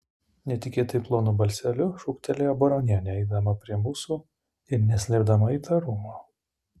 netikėtai plonu balseliu šūktelėjo baronienė eidama prie mūsų ir neslėpdama įtarumo